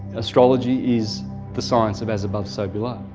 astrology is the science of as above so below.